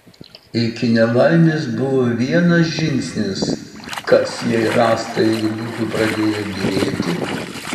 iki nelaimės buvo vienas žingsnis kas jei rąstai būtų pradėję byrėti